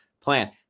plan